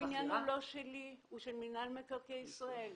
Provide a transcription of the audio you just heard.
הבניין הוא לא שלי, הוא של מנהל מקרקעי ישראל.